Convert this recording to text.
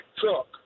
truck